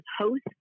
host